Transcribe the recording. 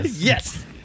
Yes